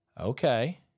Okay